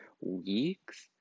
weeks